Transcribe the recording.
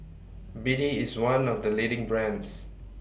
B D IS one of The leading brands